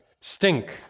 stink